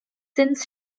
since